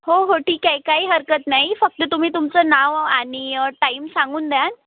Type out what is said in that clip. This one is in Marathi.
हो हो ठीक आहे काही हरकत नाही फक्त तुम्ही तुमचं नाव आणि टाईम सांगून द्याल